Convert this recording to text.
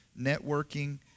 networking